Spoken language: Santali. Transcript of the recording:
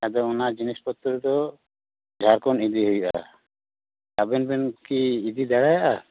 ᱟᱫᱚ ᱚᱱᱟ ᱡᱤᱱᱤᱥ ᱯᱚᱛᱨᱚ ᱫᱚ ᱡᱷᱟᱲᱠᱷᱚᱸᱰ ᱤᱫᱤ ᱦᱩᱭᱩᱜᱼᱟ ᱟᱵᱮᱱ ᱵᱮᱱ ᱠᱤ ᱤᱫᱤ ᱫᱟᱲᱮᱭᱟᱜᱼᱟ